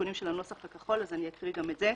לעדכונים של הנוסח הכחול, אז אני אקרא גם את זה.